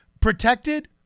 protected